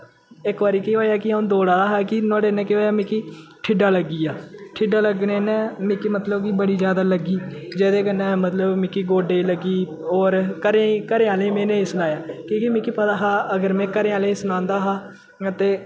इक बारी केह् होएया कि अ'ऊं दौड़ा दा हा कि नोहाड़े नै केह् होएया कि मिकी ठेड्डा लग्गी गेआ ठेड्डा लग्गने नै मिकी मतलब कि बड़ी ज्यादा लग्गी जेह्दे कन्नै मतलब मिकी गोड्डे लग्गी होर घरेै घरैआह्ले गी में नेईं सनाया कि कि मिकी पता हा अगर में घरैआह्ले गी सनांदा हा में ते